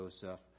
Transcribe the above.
Joseph